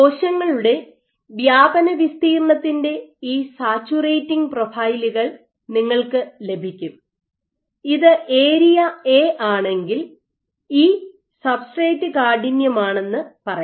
കോശങ്ങളുടെ വ്യാപന വിസ്തീർണ്ണത്തിന്റെ ഈ സാച്ചുറേറ്റിംഗ് പ്രൊഫൈലുകൾ നിങ്ങൾക്ക് ലഭിക്കും ഇത് ഏരിയ എ ആണെങ്കിൽ ഇ സബ്സ്ട്രേറ്റ് കാഠിന്യമാണെന്ന് പറയാം